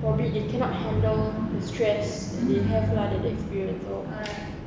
probably they cannot handle the stress that they have lah that they experience